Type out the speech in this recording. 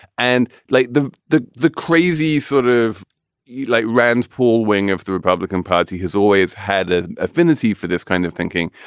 and like the the the crazy sort of yeah like rand paul wing of the republican party has always had an affinity for this kind of thinking.